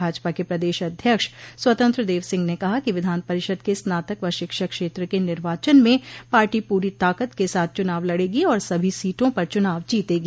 भाजपा के प्रदेश अध्यक्ष स्वतंत्र देव सिंह ने कहा कि विधान परिषद के स्नातक व शिक्षक क्षेत्र के निर्वाचन में पार्टो पूरी ताकत के साथ चुनाव लड़ेगी और सभी सीटों पर चुनाव जीतेगी